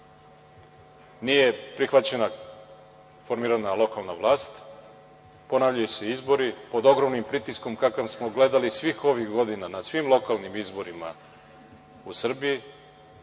nije prihvaćena formirana lokalna vlast, ponavljaju se izbori pod ogromnim pritiskom kakav smo gledali svih ovih godina na svim lokalnim izborima u Srbiji,